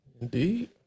Indeed